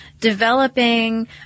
developing